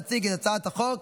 ותיכנס לספר החוקים.